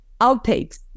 outtakes